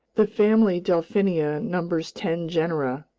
the family delphinia numbers ten genera,